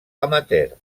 amateur